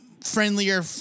friendlier